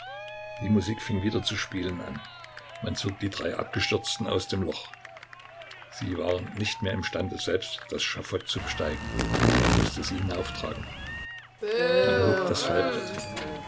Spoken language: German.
die musik fing wieder zu spielen an man zog die drei abgestürzten aus dem loch sie waren nicht mehr imstande selbst das schafott zu besteigen man mußte sie hinauftragen man hob das